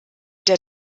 der